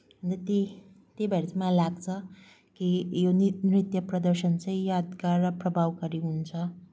अनि त्यही त्यही भएर चाहिँ मलाई लाग्छ कि यो नृत्य प्रदर्शन चाहिँ यादगार र प्रभावकारी हुन्छ